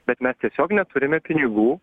bet mes tiesiog neturime pinigų